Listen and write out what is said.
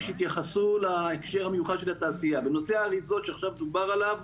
ואני מסיים ואני מתייחס לסעיף הקודם בסדר היום.